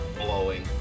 blowing